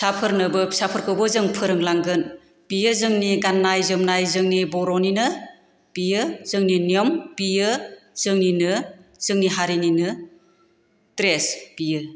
फिसाफोरनोबो फिसाफोरखौबो जों फोरोंलांगोन बियो जोंनि गान्नाय जोमनाय जोंनि बर'निनो बियो जोंनि नियम बियो जोंनिनो जोंनि हारिनिनो ड्रेस बियो